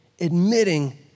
admitting